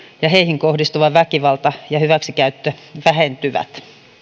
ja heihin kohdistuva väkivalta ja hyväksikäyttö vähentyvät